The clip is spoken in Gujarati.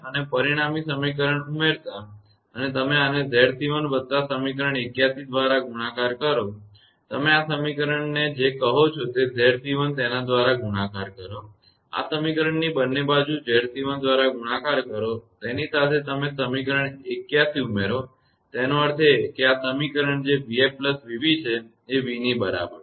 અને પરિણામી સમીકરણ ઉમેરતાં અને તમે આને 𝑍𝑐1 વત્તા સમીકરણ 81 દ્વારા ગુણાકાર કરો તમે આ સમીકરણને તમે જે કહો છો 𝑍𝑐1 તેના દ્વારા ગુણાકાર કરો આ સમીકરણની બંને બાજુ 𝑍𝑐1 દ્વારા ગુણાકાર કરો તેની સાથે તમે સમીકરણ 81 ઉમેરો તેનો અર્થ એ કે આ સમીકરણ જે 𝑣𝑓 𝑣𝑏 છે એ v ની બરાબર છે